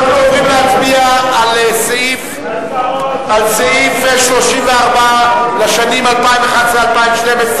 אנחנו עוברים להצביע על סעיף 34 לשנים 2011 ו-2012,